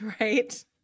right